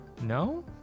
No